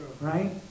Right